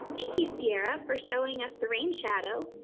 thank you sierra for showing us the rain shadow.